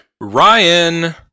Ryan